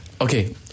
Okay